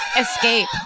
escape